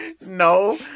No